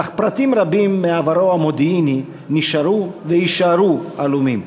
אך פרטים רבים מעברו המודיעיני נשארו ויישארו עלומים.